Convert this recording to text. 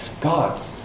God